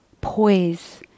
poise